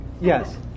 Yes